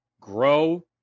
grow